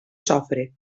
sofre